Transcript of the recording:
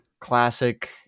classic